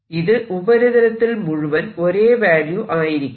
ഇത് ഉപരിതലത്തിൽ മുഴുവൻ ഒരേ വാല്യൂ ആയിരിക്കും